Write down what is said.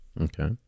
Okay